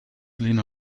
lena